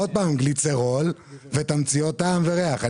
עוד פעם גליצרול ותמצית טעם וריח.